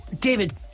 David